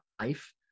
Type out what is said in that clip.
life